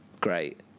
great